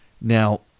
Now